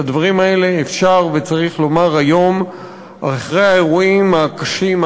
את הדברים האלה אפשר וצריך לומר היום אחרי האירועים הקשים,